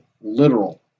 literal